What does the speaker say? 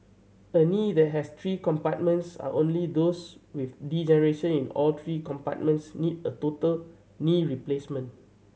a knee that has three compartments and only those with degeneration in all three compartments need a total knee replacement